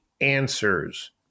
answers